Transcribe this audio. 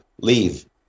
leave